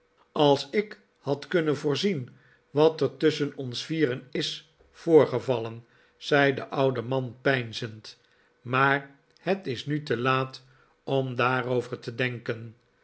als ik had kunnen voorzien wat er tusschen ons vieren is voorgevallen zei de oude man peinzend maar het is nu te laat om daarover te denken